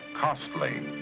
costly,